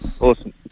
Awesome